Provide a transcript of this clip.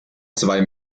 zwei